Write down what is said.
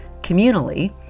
communally